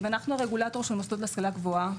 אנחנו הרגולטור של המוסדות להשכלה גבוהה,